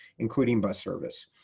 including bus service.